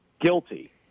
Guilty